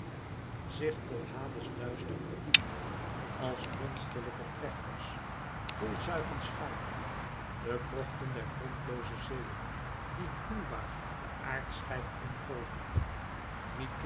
zich tot hades duister verdiepen als monsterlijke trechters vol zuigend schuim de krochten der grondlooze zeeën die gruwbaar de aardschijf omgolven